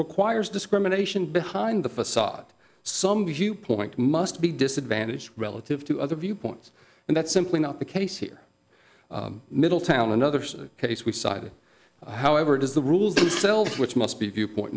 requires discrimination behind the facade some viewpoint must be disadvantaged relative to other viewpoints and that's simply not the case here middletown another case we've cited however it is the rules themselves which must be viewpoint